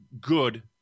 good